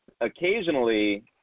occasionally